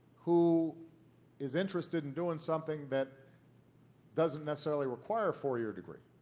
who is interested in doing something that doesn't necessarily require a four-year degree,